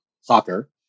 soccer